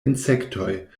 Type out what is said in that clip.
insektoj